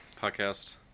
Podcast